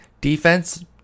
Defense